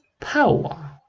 power